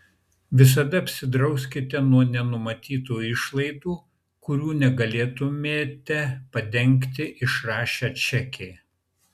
visada apsidrauskite nuo nenumatytų išlaidų kurių negalėtumėte padengti išrašę čekį